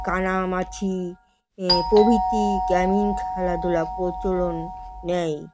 কানামাছি প্রভৃতি গ্রামীণ খেলাধুলা প্রচলন নেয়